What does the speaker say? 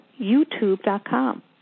YouTube.com